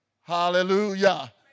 Hallelujah